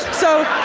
so